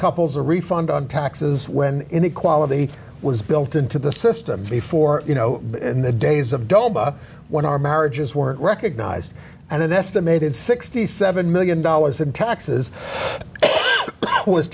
couples a refund on taxes when inequality was built into the system before you know in the days of doma when our marriages weren't recognized and an estimated sixty seven million dollars in taxes was